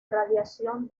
radiación